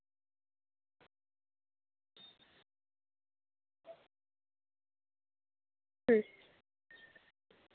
ᱦᱩᱸ